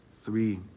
three